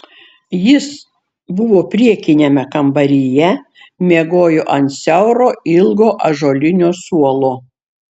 jis buvo priekiniame kambaryje miegojo ant siauro ilgo ąžuolinio suolo